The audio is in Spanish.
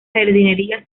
jardinería